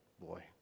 boy